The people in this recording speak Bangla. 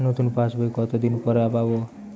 নতুন পাশ বই কত দিন পরে পাবো?